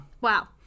wow